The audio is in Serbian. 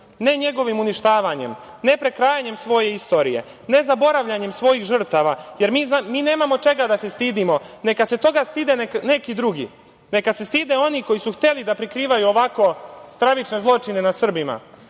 ne njegovim uništavanjem, ne prekrajanjem svoje istorije, ne zaboravljanjem svojih žrtava, jer mi nemamo čega da se stidimo. Neka se toga stide neki drugi, neka se stide oni koji su hteli da prikrivaju ovako stravične zločine nad Srbima.